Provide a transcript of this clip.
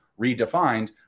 redefined